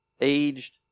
aged